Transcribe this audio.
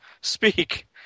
Speak